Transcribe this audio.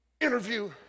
interview